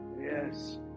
Yes